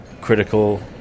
critical